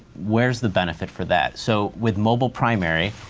where's the benefit for that? so with mobile primary,